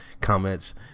comments